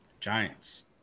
Giants